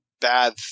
bad